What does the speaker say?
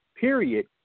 period